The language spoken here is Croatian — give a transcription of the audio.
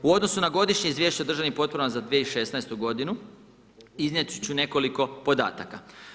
U odnosu na Godišnje izvješće o državnim potporama za 2016. godinu iznijet ću nekoliko podataka.